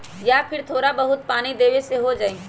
या फिर थोड़ा बहुत पानी देबे से हो जाइ?